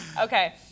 Okay